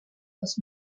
dels